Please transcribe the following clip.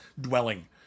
dwelling